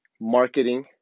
marketing